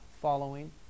following